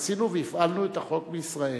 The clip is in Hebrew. ועשינו והפעלנו את החוק בישראל,